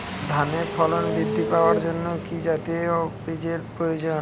ধানে ফলন বৃদ্ধি পাওয়ার জন্য কি জাতীয় বীজের প্রয়োজন?